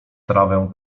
trawę